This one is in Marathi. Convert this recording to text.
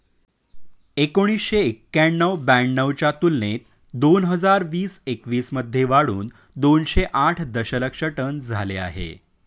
एकोणीसशे एक्क्याण्णव ब्याण्णव च्या तुलनेत दोन हजार वीस एकवीस मध्ये वाढून दोनशे आठ दशलक्ष टन झाले आहे